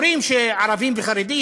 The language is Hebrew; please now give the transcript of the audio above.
אומרים שערבים וחרדים,